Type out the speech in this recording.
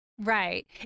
Right